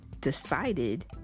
decided